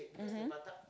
mmhmm